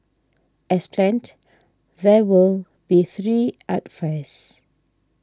as planned there will be three art fairs